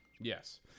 Yes